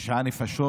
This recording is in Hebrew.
תשע נפשות,